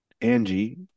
Angie